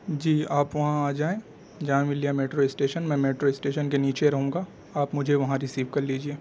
جی آپ وہاں آ جائیں جامعہ ملیہ میٹرو اسٹیشن میں میٹرو اسٹیشن کے نیچے رہوں گا آپ مجھے وہاں ریسیو کر لیجیے